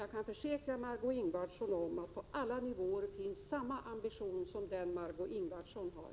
Jag kan försäkra Margö Ingvardsson om att det på alla nivåer finns samma ambition som den hon har.